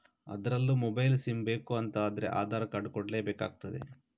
ಅದ್ರಲ್ಲೂ mobile SIM ಬೇಕು ಅಂತ ಆದ್ರೆ ಆಧಾರ್ ಕಾರ್ಡ್ ಕೊಡ್ಲೇ ಬೇಕಾಗ್ತದೆ